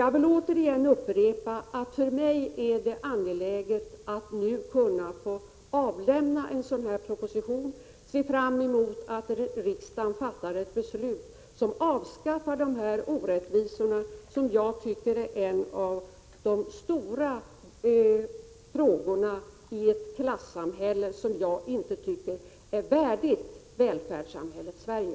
Jag vill upprepa att det för mig är angeläget att nu kunna avlämna denna proposition, och jag ser fram mot att riksdagen fattar ett beslut som avskaffar denna orättvisa, som jag tycker är en av de största i vårt klassamhälle. Detta är inte värdigt välfärdslandet Sverige.